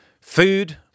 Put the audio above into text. food